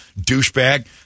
douchebag